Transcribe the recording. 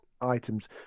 items